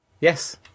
yes